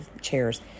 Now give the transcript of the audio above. chairs